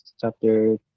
chapter